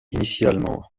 initialement